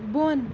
بۄن